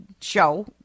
show